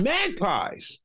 Magpies